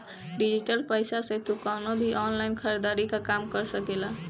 digital पईसा से तू कवनो भी ऑनलाइन खरीदारी कअ काम कर सकेला